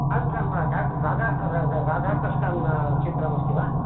अनन्तरं डाक्टर् राधाकृष्णन् चित्रम् अस्ति वा